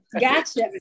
Gotcha